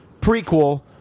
prequel